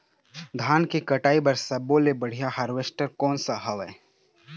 धान के कटाई बर सब्बो ले बढ़िया हारवेस्ट कोन सा हवए?